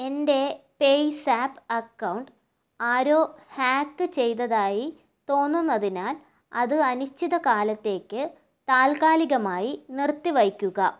എൻ്റെ PayZapp account ആരോ hack ചെയ്തതായി തോന്നുന്നതിനാൽ അത് അനിശ്ചിതകാലത്തേക്ക് താൽക്കാലികമായി നിർത്തിവയ്ക്കുക